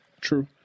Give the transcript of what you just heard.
True